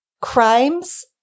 crimes